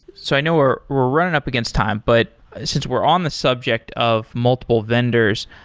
so i know we're we're running up against time, but since we're on the subject of multiple vendors,